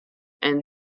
and